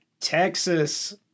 Texas